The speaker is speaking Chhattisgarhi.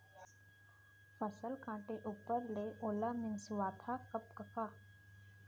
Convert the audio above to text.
फसल काटे ऊपर ले ओला मिंसवाथा कब कका?